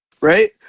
right